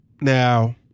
Now